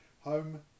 Home